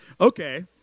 okay